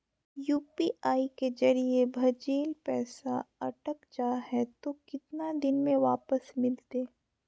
UPI के जरिए भजेल पैसा अगर अटक जा है तो कितना दिन में वापस मिलते?